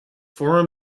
former